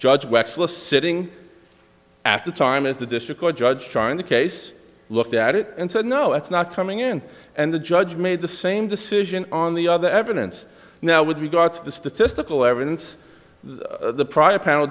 wexler sitting at the time as the district judge trying the case looked at it and said no it's not coming in and the judge made the same decision on the other evidence now with regard to the statistical evidence the prior panel